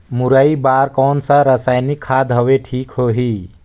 मुरई बार कोन सा रसायनिक खाद हवे ठीक होही?